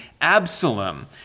Absalom